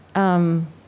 um,